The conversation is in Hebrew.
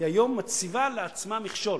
היא היום מציבה לעצמה מכשול,